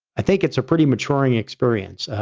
i think it's a pretty maturing experience.